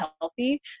healthy